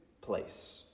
place